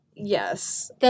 Yes